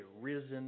risen